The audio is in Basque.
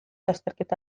azterketa